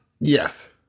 Yes